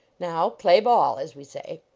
now, play ball, as we say.